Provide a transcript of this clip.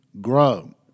grow